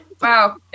Wow